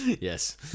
Yes